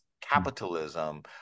capitalism